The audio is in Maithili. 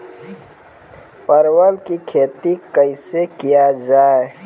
परवल की खेती कैसे किया जाय?